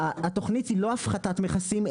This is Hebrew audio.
התוכנית היא לא הפחתת מכסים,